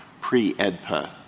pre-EDPA